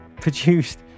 produced